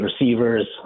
receivers